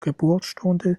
geburtsstunde